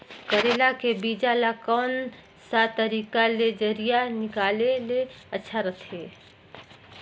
करेला के बीजा ला कोन सा तरीका ले जरिया निकाले ले अच्छा रथे?